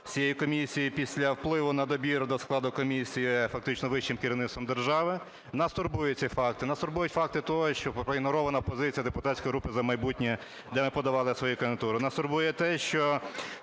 цієї комісії після впливу на добір до складу комісії фактично вищим керівництвом держави. Нас турбує цей факт і нас турбують факти того, що проігнорована позиція депутатської групи "За майбутнє", де ми подавали свою кандидатуру. Нас турбує те, що